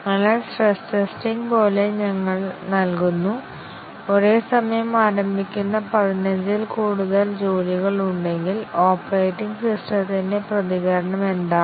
അതിനാൽ stress testing പോലെ ഞങ്ങൾ നൽകുന്നു ഒരേസമയം ആരംഭിക്കുന്ന പതിനഞ്ചിൽ കൂടുതൽ ജോലികൾ ഉണ്ടെങ്കിൽ ഓപ്പറേറ്റിംഗ് സിസ്റ്റത്തിന്റെ പ്രതികരണം എന്താണ്